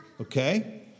Okay